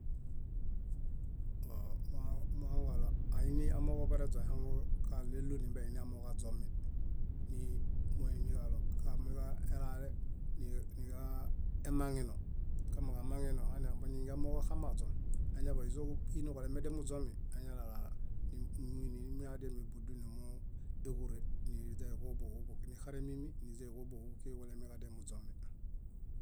Õõ muhaŋu- muhaŋuġaɭo ainiamooġo bareźon áhaŋukaɭelo nimbeiniamooġoaźomi. Ni moimiġaɭo kamiġaelale ni- niġaemaŋeno, kumiġamaŋeno hanibaningeamooġo axameźon, áñaḃanizoġupi nuġulemediamuźomi, añalalaa ni- nimuini mími adiami buduñ númueġure níźaeġobuhu níxaremimi nízaiġobuhu búkiġiġulemiġadiamuźomi.